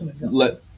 let